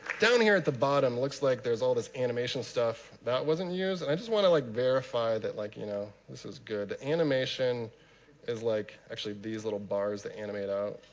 down here at the bottom, looks like there's all this animation stuff that wasn't used. and i just want to like verify that like you know this is good. animation is like actually, these little bars that animate out.